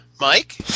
Mike